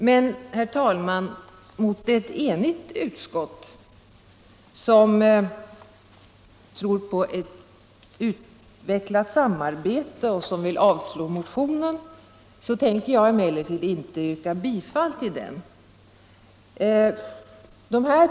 Men, herr talman, mot ett enigt utskott — som tror på ett utvecklat samarbete och som vill avslå motionen — tänker jag inte yrka bifall till den.